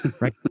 right